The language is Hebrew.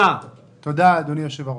תודה, אדוני היושב-ראש.